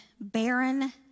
barren